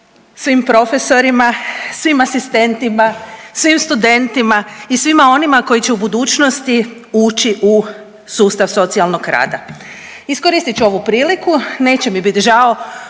svim profesorima, svim asistentima, svim studentima i svima onima koji će u budućnosti ući u sustav socijalnog rada. Iskoristit ću ovu priliku neće mi biti žao